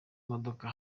modoka